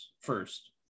first